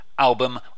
album